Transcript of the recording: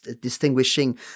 distinguishing